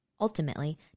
Ultimately